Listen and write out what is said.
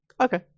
Okay